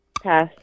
Pass